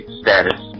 status